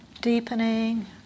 deepening